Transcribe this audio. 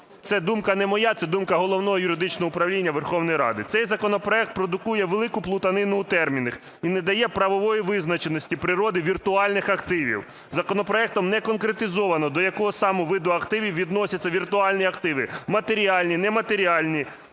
Це думка не моя, це думка Головного юридичного управління Верховної Ради. Цей законопроект продукує велику плутанину у термінах і не дає правової визначеності природи віртуальних активів. Законопроектом не конкретизовано, до якого саме виду активів відносяться віртуальні активи: матеріальні, нематеріальні,